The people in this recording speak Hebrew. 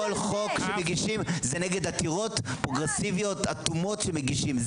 כל חוק שמגישים זה נגד עתירות פרוגרסיביות אטומות שמגישים.